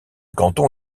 canton